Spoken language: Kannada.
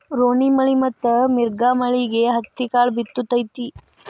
ರೋಣಿಮಳಿ ಮತ್ತ ಮಿರ್ಗನಮಳಿಗೆ ಹತ್ತಿಕಾಳ ಬಿತ್ತು ತತಿ